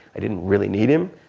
i didn't really need him.